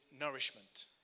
nourishment